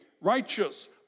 righteous